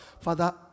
Father